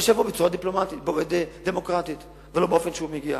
אבל שיבוא בצורה דמוקרטית ולא באופן שהוא מגיע.